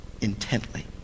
intently